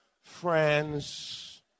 friends